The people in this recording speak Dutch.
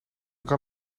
kan